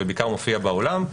ובעיקר הוא מופיע בעולם,